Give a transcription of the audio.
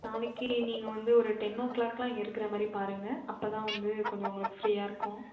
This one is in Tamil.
நாளைக்கு நீங்கள் வந்து ஒரு டென் ஓ கிளாக்லாம் இங்கே இருக்கிற மாதிரி பாருங்கள் அப்போ தான் வந்து கொஞ்சம் உங்களுக்கு ஃப்ரீயாக இருக்கும்